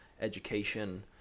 education